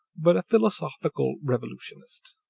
but a philosophical revolutionist.